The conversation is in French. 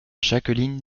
jacqueline